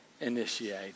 initiate